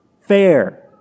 fair